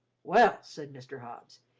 well, said mr. hobbs,